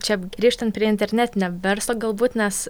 čia grįžtant prie internetinio verslo galbūt nes